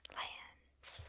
lands